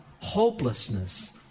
hopelessness